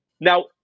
Now